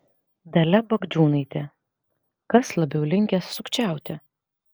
dalia bagdžiūnaitė kas labiau linkęs sukčiauti